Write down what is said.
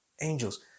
angels